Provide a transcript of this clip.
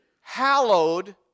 hallowed